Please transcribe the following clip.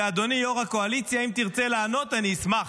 ואדוני ראש הקואליציה, אם תרצה לענות, אני אשמח.